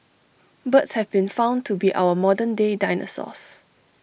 birds have been found to be our modern day dinosaurs